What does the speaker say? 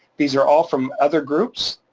these are all from other groups,